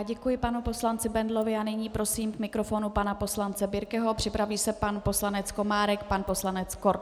Děkuji panu poslanci Bendlovi a nyní prosím k mikrofonu pana poslance Birkeho a připraví se pan poslanec Komárek a pan poslanec Korte.